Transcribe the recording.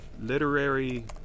Literary